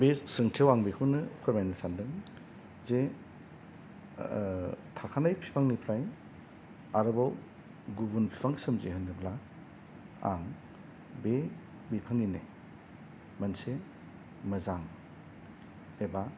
बे सोंथिआव आं बेखौनो फोरमायनो सानदों जे थाखानाय बिफांनिफ्राय आरोबाव गुबुन बिफां सोमजिहोनोब्ला आं बे बिफांनिनो मोनसे मोजां एबा